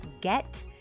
get